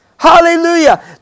Hallelujah